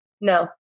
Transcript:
No